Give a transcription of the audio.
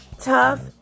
tough